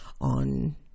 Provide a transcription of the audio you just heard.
on